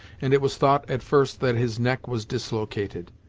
and it was thought at first that his neck was dislocated.